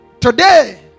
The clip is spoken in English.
Today